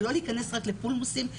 ולא להיכנס רק לפולמוסים,